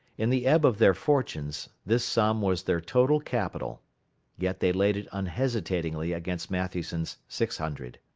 in the ebb of their fortunes, this sum was their total capital yet they laid it unhesitatingly against matthewson's six hundred.